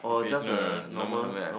full face no no no normal helmet ah